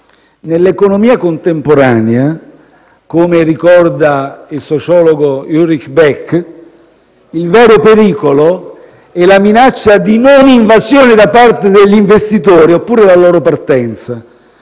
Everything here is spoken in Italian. Nell'economia contemporanea, come ricorda il sociologo Ulrich Beck, il vero pericolo è la minaccia di non invasione da parte degli investitori, oppure la loro partenza.